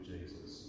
Jesus